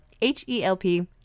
H-E-L-P